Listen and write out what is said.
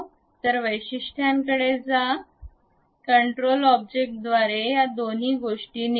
तर वैशिष्ट्यांकडे जा कन्ट्रोल ऑब्जेक्टद्वारे या दोन गोष्टी निवडा